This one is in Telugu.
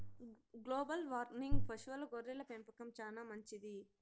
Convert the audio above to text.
గ్లోబల్ వార్మింగ్కు పశువుల గొర్రెల పెంపకం చానా మంచిది